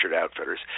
Outfitters